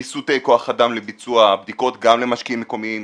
ויסותי כוח אדם לביצוע בדיקות גם למשקיעים מקומיים,